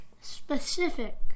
Specific